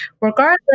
regardless